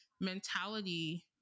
mentality